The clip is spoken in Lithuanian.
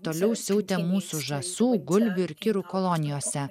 toliau siautė mūsų žąsų gulbių ir kirų kolonijose